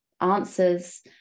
answers